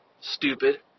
stupid